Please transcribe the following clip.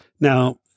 Now